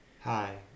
Hi